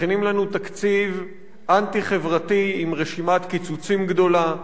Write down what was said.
מכינים לנו תקציב אנטי-חברתי עם רשימת קיצוצים גדולה,